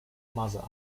maza